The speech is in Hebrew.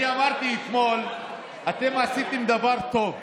אני אמרתי אתמול שאתם עשיתם דבר טוב,